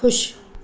खु़शि